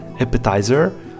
appetizer